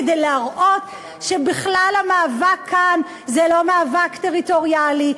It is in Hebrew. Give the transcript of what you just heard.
כדי להראות שהמאבק כאן זה בכלל לא מאבק טריטוריאלי,